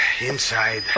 Inside